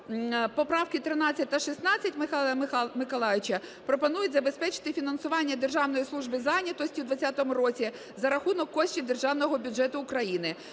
Поправки 13 та 16 Михайла Миколайовича пропонують забезпечити фінансування Державної служби зайнятості у 20-му році за рахунок коштів Державного бюджету України.